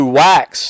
wax